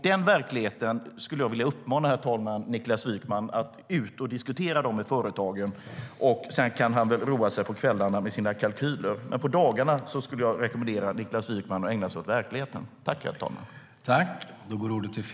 Den verkligheten skulle jag vilja uppmana Niklas Wykman att ge sig ut och diskutera med företagen. Sedan kan han på kvällarna roa sig med sina kalkyler. Men jag skulle rekommendera Niklas Wykman att på dagarna ägna sig åt verkligheten.